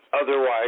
otherwise